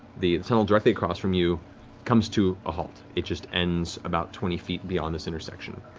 the tunnel directly across from you comes to a halt. it just ends about twenty feet beyond this intersection.